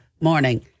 morning